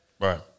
Right